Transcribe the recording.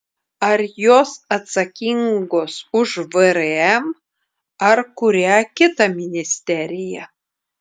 ar jos atsakingos už vrm ar kurią kitą ministeriją